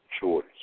choice